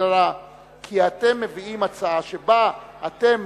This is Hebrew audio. כי אתם מביאים הצעה שבה אתם